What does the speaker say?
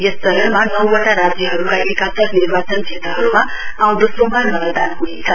यस चरणमा नौवटा राज्यहरूका अकात्तर निर्वाचन क्षेत्रहरूमा आँउदो सोमवार मतदान हुनेछ